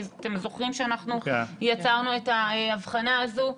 אתם זוכרים שאנחנו יצרנו את ההבחנה הזו?